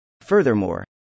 Furthermore